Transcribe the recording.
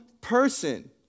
person